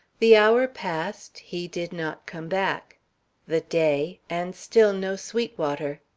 the hour passed he did not come back the day, and still no sweetwater.